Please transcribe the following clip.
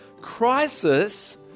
crisis